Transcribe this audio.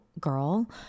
girl